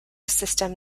system